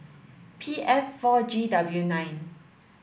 P F four G W nine